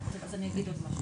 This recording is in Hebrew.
אני אגיד עוד משהו.